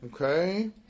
Okay